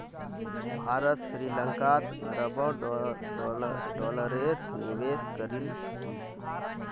भारत श्री लंकात अरबों डॉलरेर निवेश करील की